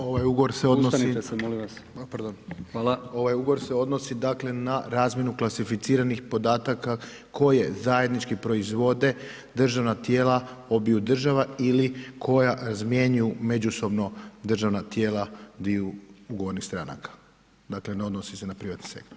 Ovaj ugovor se odnosi [[Upadica: Ustanite se, molim vas.]] Pardon [[Upadica: Hvala.]] Ovaj ugovor se odnosi dakle na razmjenu klasificiranih podataka koje zajednički proizvode državna tijela obiju država ili koja razmjenjuju međusobno državna tijela dviju ugovornih stranaka, dakle, ne odnosi se na privatni sektor.